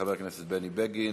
חבר הכנסת בני בגין.